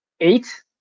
eight